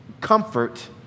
comfort